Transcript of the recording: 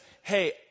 hey